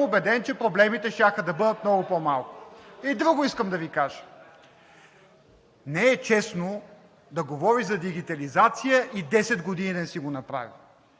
убеден, че проблемите щяха да бъдат много по-малко. И друго искам да Ви кажа: не е честно да говориш за дигитализация и десет години да не си го направил.